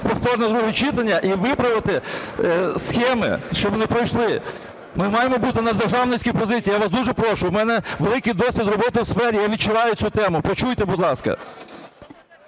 повторне друге читання і виправити схеми, щоб не пройшли. Ми маємо бути на державницькій позиції, я вас дуже прошу, у мене великий досвід роботи у сфері, я відчуваю цю тему. Почуйте, будь ласка.